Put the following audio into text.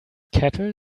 cattle